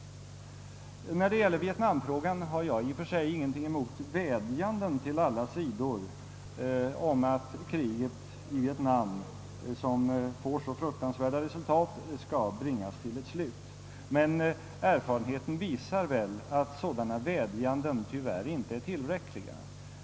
När det gäller vietnamfrågan har jag i och för sig ingenting emot vädjanden till alla sidor om att kriget i Vietnam, som får så fruktansvärda resultat, skall bringas till ett slut. Erfarenheten visar dock, att sådana vädjanden tyvärr inte är tillräckliga.